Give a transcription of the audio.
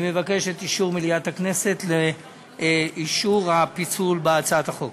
אני מבקש את אישור מליאת הכנסת לפיצול הצעת החוק.